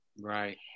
Right